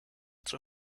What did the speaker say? zur